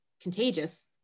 contagious